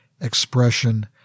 expression